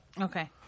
Okay